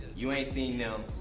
you ain't seen them.